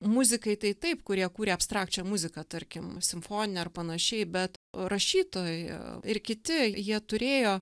muzikai tai taip kurie kūrė abstrakčią muziką tarkim simfoniją ar panašiai bet rašytojo ir kiti jie turėjo